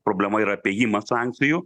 problema yra apėjimas sankcijų